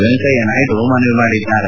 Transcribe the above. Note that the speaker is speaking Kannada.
ವೆಂಕಯ್ಯ ನಾಯ್ಡ ಮನವಿ ಮಾಡಿದ್ದಾರೆ